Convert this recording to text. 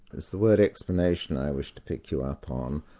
it's the word explanation i wish to pick you up on.